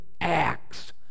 acts